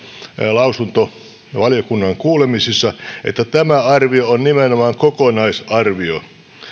lausuntovaliokunnan kuulemisissa että tämä arvio on nimenomaan kokonaisarvio